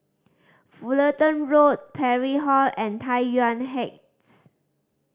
Fullerton Road Parry Hall and Tai Yuan Heights